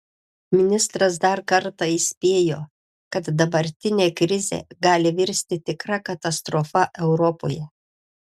ministras dar kartą įspėjo kad dabartinė krizė gali virsti tikra katastrofa europoje